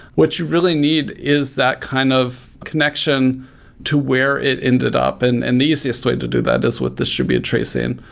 what you really need is that kind of connection to where it ended up, and and the easiest way to do that is with distributed tracing.